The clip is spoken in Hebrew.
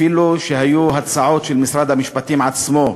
אפילו שהיו הצעות של משרד המשפטים עצמו,